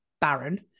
barren